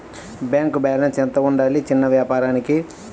Bank balance ఎంత ఉండాలి చిన్న వ్యాపారానికి?